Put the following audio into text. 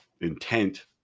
intent